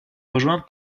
rejoint